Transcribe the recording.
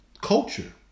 culture